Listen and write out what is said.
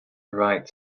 right